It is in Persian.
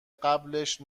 قبلش